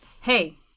Hey